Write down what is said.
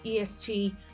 EST